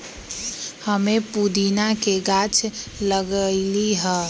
हम्मे पुदीना के गाछ लगईली है